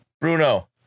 Bruno